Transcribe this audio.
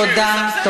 תודה.